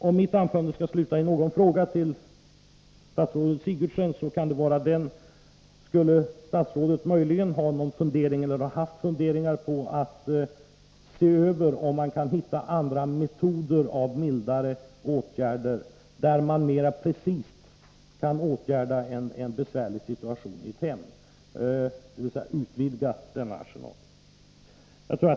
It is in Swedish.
Om mitt anförande skall sluta i någon fråga till statsrådet Sigurdsen kan det vara denna: Är det möjligen så att statsrådet har eller har haft några funderingar på att undersöka om man kan hitta andra metoder för mildare åtgärder, som gör att man mera precist kan åtgärda en besvärlig situation i ett hem, dvs. utvidga denna arsenal?